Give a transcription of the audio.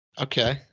Okay